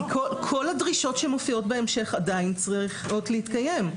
כי כל הדרישות שמופיעות בהמשך עדיין צריכות להתקיים.